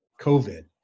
covid